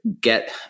get